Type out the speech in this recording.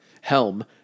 helm